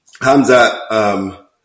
Hamza